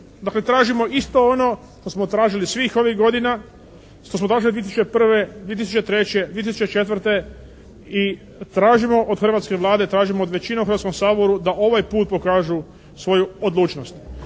Dakle tražimo isto ono što smo tražili svih ovih godina, što smo tražili 2001., 2003., 2004. i tražimo od hrvatske Vlade, tražimo od većine u Hrvatskom saboru da ovaj put pokažu svoju odlučnost.